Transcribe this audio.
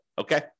okay